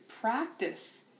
practice